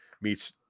meets